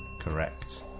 Correct